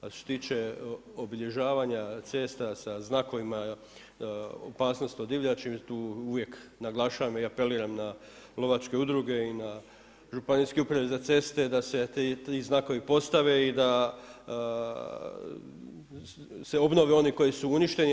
A što se tiče obilježavanja cesta sa znakovima opasnost od divljači tu uvijek naglašavam i apeliram na lovačke udruge i na Županijske uprave za ceste da se ti znakovi postave i da se obnove oni koji su uništeni.